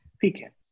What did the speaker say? Pecans